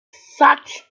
such